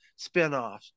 spinoffs